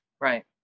Right